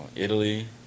Italy